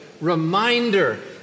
reminder